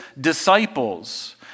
disciples